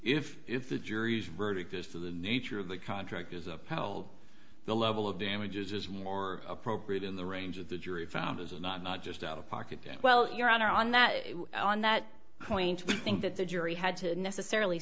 if if the jury's verdict as to the nature of the contract is upheld the level of damages is more appropriate in the range that the jury found as a not not just out of pocket and well your honor on that on that point we think that the jury had to necessarily